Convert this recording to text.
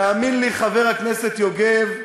תאמין לי, חבר הכנסת יוגב,